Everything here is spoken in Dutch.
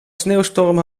sneeuwstorm